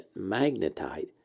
magnetite